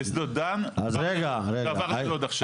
לשדות דן ועבר ללוד עכשיו.